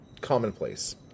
commonplace